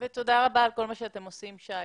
ותודה רבה על כל מה שאתם עושים שי.